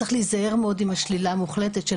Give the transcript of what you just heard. צריך להיזהר מאוד עם השלילה המוחלטת של